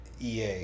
ea